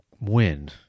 win